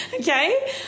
okay